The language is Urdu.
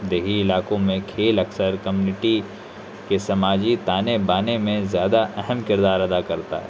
دیہی علاقوں میں کھیل اکثر کمنیٹی کے سماجی تانے بانے میں زیادہ اہم کردار ادا کرتا ہے